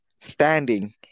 standing